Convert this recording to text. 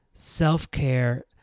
self-care